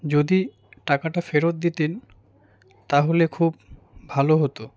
যদি টাকাটা ফেরত দিতেন তাহলে খুব ভালো হতো